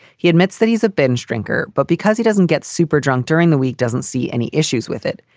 he admits that he's a binge drinker, but because he doesn't get super drunk during the week, doesn't see any issues with it.